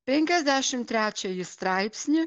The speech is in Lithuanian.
penkiasdešim trečiąjį straipsnį